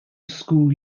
school